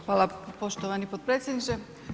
Hvala poštovani potpredsjedniče.